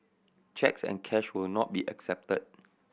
cheques and cash will not be accepted